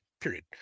period